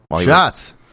Shots